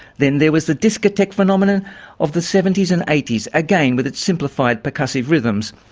then there was the discotheque phenomenon of the seventy s and eighty s, again with its simplified percussive rhythms.